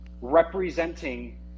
representing